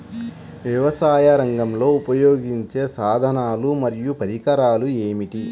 వ్యవసాయరంగంలో ఉపయోగించే సాధనాలు మరియు పరికరాలు ఏమిటీ?